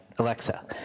Alexa